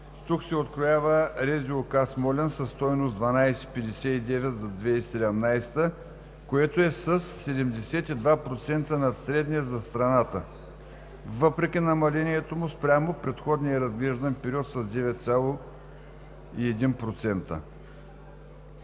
каса – Смолян, със стойност 12,59 за 2017 г., което е със 72% над средния за страната, въпреки намалението му спрямо предходния разглеждан период с 9,1%.